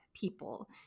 people